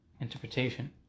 interpretation